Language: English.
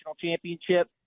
championship